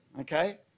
okay